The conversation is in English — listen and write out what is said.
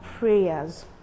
Prayers